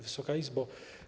Wysoka Izbo!